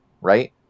right